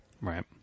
Right